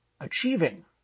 achieving